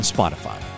Spotify